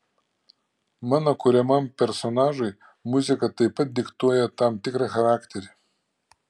mano kuriamam personažui muzika taip pat diktuoja tam tikrą charakterį